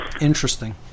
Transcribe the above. Interesting